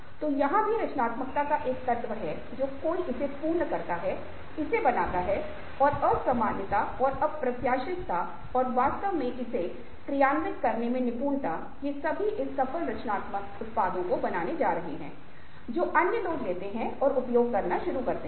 तो यहाँ भी रचनात्मकता का एक तत्व है जो कोई इसे पूर्ण करता है इसे बनाता है और असामान्यता और अप्रत्याशितता और वास्तव में इसे क्रियान्वित करने में निपुणता ये सभी इस सफल रचनात्मक उत्पादों को बनाने जा रहे हैं जो अन्य लोग लेते हैं और उपयोग करना शुरू करते हैं